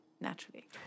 naturally